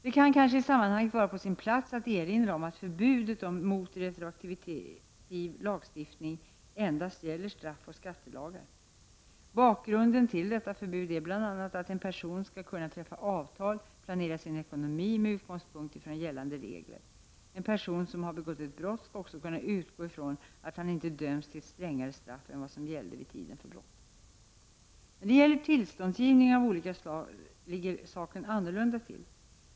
Det kan kanske i sammanhanget vara på sin plats att erinra om att förbudet mot retroaktiv lagstiftning endast gäller straffoch skattelagar . Bakgrunden till detta förbud är bl.a. att en person skall kunna träffa avtal, planera sin ekonomi etc. med utgångspunkt från gällande regler. En person som har begått ett brott skall också kunna utgå från att han inte döms till ett strängare straff än det som gällde vid tiden för brottet. När det gäller tillståndsgivning av olika slag ligger saken annorlunda till.